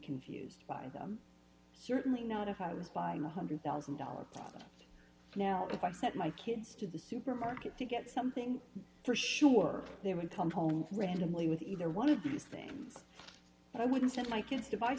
confused by them certainly not if i was buying one hundred thousand dollars now if i set my kids to the supermarket to get something for sure they would come home randomly with either one of these things and i wouldn't send my kids to buy